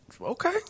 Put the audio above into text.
Okay